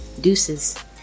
deuces